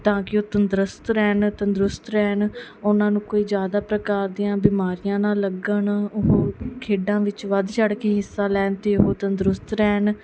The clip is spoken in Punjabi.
ਤਾਂ ਕਿ ਉਹ ਤੰਦਰੁਸਤ ਰਹਿਣ ਤੰਦਰੁਸਤ ਰਹਿਣ ਉਹਨਾਂ ਨੂੰ ਕੋਈ ਜ਼ਿਆਦਾ ਪ੍ਰਕਾਰ ਦੀਆਂ ਬਿਮਾਰੀਆਂ ਨਾ ਲੱਗਣ ਉਹ ਖੇਡਾਂ ਵਿੱਚ ਵੱਧ ਚੜ੍ਹ ਕੇ ਹਿੱਸਾ ਲੈਣ ਅਤੇ ਉਹ ਤੰਦਰੁਸਤ ਰਹਿਣ